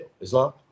Islam